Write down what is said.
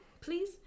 please